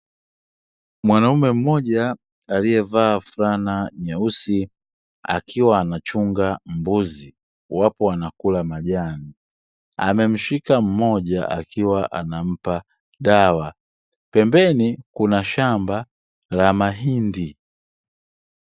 Mwanaume mmoja aliyevaa flana nyeusi akiwa anachunga mbuzi wapo wanakula majani, amemshika mmoja akiwa anampa dawa. pembeni kuna shamba la mahindi.